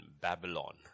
Babylon